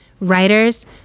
writers